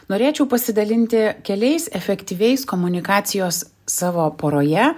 norėčiau pasidalinti keliais efektyviais komunikacijos savo poroje